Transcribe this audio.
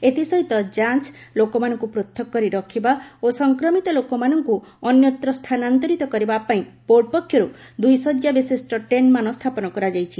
ଏଥିସହିତ ଯାଞ୍ଚ ଲୋକମାନଙ୍କୁ ପୃଥକ୍ କରି ରଖିବା ଓ ସଂକ୍ରମିତ ଲୋକମାନଙ୍କୁ ଅନ୍ୟତ୍ର ସ୍ଥାନାନ୍ତରିତ କରିବାପାଇଁ ବୋର୍ଡ଼ ପକ୍ଷର୍ର ଦୂଇ ଶଯ୍ୟା ବିଶିଷ୍ଟ ଟେଣ୍ଟ୍ମାନ ସ୍ଥାପନ କରାଯାଇଛି